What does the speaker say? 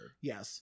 yes